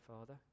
Father